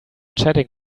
chatting